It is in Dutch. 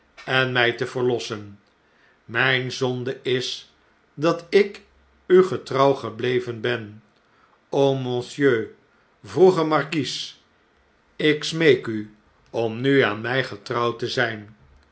en mij te verlossen mijne zonde is datik u getrouw gebleven ben monsieur vroeger markies ik smeek u om nu aan mjj getrouw te zhn